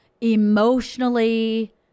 emotionally